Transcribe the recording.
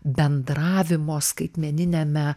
bendravimo skaitmeniniame